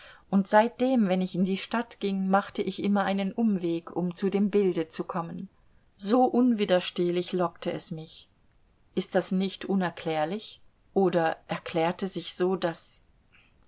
und seitdem wenn ich in die stadt ging machte ich immer einen umweg um zu dem bilde zu kommen so unwiderstehlich lockte es mich ist das nicht unerklärlich oder erklärt es sich so daß